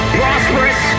prosperous